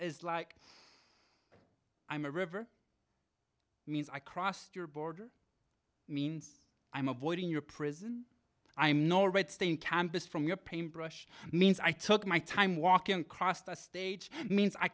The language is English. is like i'm a river means i crossed your border means i'm avoiding your prison i am no red stain campus from your paint brush means i took my time walking across the stage means i